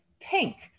pink